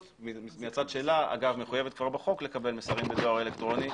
מהצד שלה מחויבת כבר בחוק לקבל מסרים בדואר אלקטרוני.